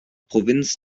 provinz